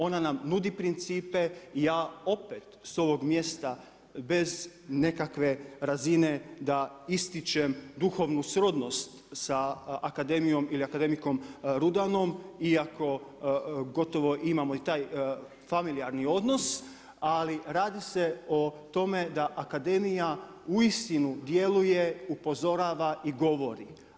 Ona nam nudi principe i ja opet, s ovog mjesta, bez nekakve razine da ističem duhovnu srodnost sa akademijom ili akademikom Rudanom iako gotovo imamo i taj familijarni odnos, ali radi se o tome da akademija, uistinu djeluje, upozorava i govori.